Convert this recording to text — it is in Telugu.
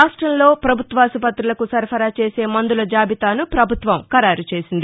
రాష్ట్రంలో పభుత్వాస్పత్తులకు సరఫరా చేసే మందుల జాబితాను పభుత్వం ఖరారు చేసింది